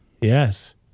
Yes